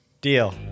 Deal